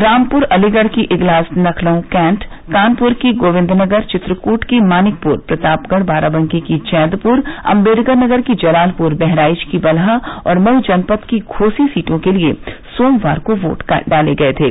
रामपुर अलीगढ़ की इगलास लखनऊ कैंट कानपुर की गोविन्दनगर चित्रकूट की मानिकपुर प्रतापगढ़ बाराबंकी की जैदपुर अम्बेडकरनगर की जलालपुर बहराइच की बलहा और मऊ जनपद की घोसी सीटों के लिए सोमवार को वोट डाले गये थे